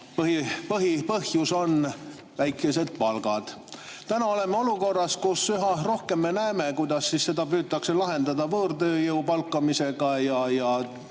Põhipõhjus on väikesed palgad. Täna oleme olukorras, kus üha rohkem näeme, kuidas seda püütakse lahendada võõrtööjõu palkamisega, eeskätt